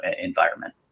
environment